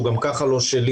שהוא גם כך לא שלי